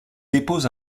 dépose